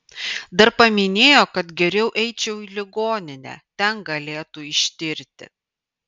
dar paminėjo kad geriau eičiau į ligoninę ten galėtų ištirti